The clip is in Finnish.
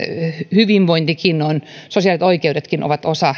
hyvinvointi sosiaaliset oikeudetkin ovat osa